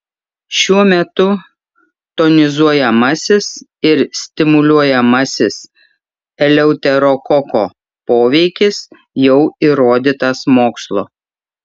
šiuo metu tonizuojamasis ir stimuliuojamasis eleuterokoko poveikis jau įrodytas mokslo